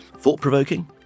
thought-provoking